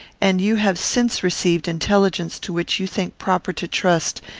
and you have since received intelligence to which you think proper to trust,